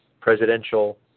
presidential